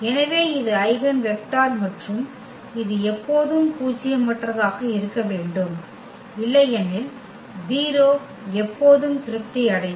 எனவே இது eigen vector மற்றும் இது எப்போதும் பூஜ்யமற்றதாக இருக்க வேண்டும் இல்லையெனில் 0 எப்போதும் திருப்தி அடையும்